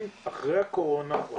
אם אחרי הקורונה, אם